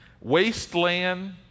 wasteland